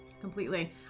Completely